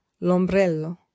l'ombrello